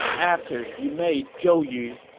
after you made zhou yu,